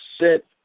sit